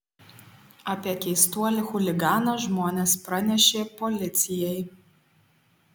apie keistuolį chuliganą žmonės pranešė policijai